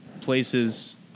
places